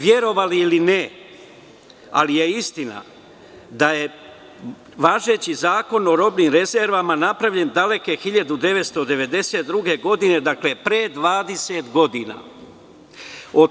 Verovali ili ne, istina je da je važeći Zakon o robnim rezervama napravljen daleke 1992. godine, pre 20 godina.